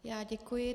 Já děkuji.